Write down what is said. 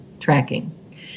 tracking